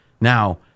Now